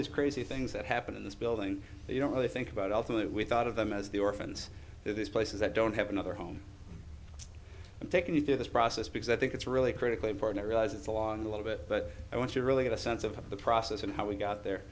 these crazy things that happen in this building you don't really think about ultimately we thought of them as the orphans there's places that don't have another home and taking you through this process because i think it's really critically important to realize it's along a little bit but i want to really get a sense of the process and how we got there